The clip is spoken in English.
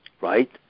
right